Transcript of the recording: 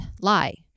lie